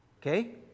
Okay